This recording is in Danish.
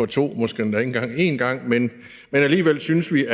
engang have nyt én gang – men alligevel synes vi,